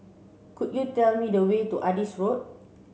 could you tell me the way to Adis Road